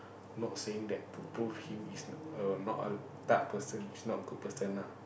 not saying that to prove him is err not a type of person is not a good person ah